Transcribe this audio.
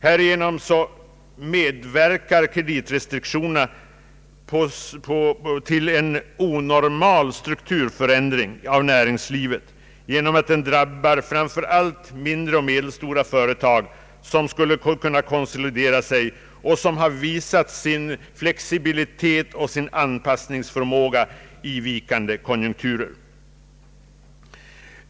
Härigenom medverkar kreditrestriktionerna till en onormal strukturförändring av näringslivet. De drabbar nämligen framför allt mindre och medelstora företag, som skulle kunna konsolidera sig i denna konjunktur och som har visat sin flexibilitet och sin anpassningsförmåga i vikande konjunkturer.